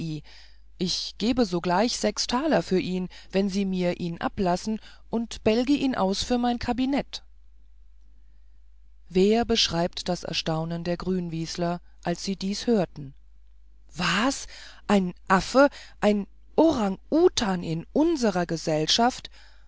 ich gebe sogleich sechs taler für ihn wenn sie mir ihn ablassen und bälge ihn aus für mein kabinett wer beschreibt das erstaunen der grünwieseler als sie dies hörten was ein affe ein orang utan in unserer gesellschaft